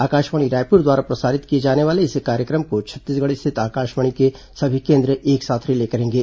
आकाशवाणी रायपुर द्वारा प्रसारित किए जाने वाले इस कार्यक्रम को छत्तीसगढ़ स्थित आकाशवाणी के सभी केन्द्र एक साथ रिले करेंगे